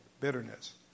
bitterness